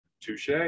touche